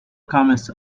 comest